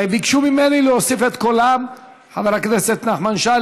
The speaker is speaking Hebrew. ביקשו ממני להוסיף את קולם חבר הכנסת נחמן שי,